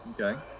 Okay